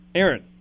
Aaron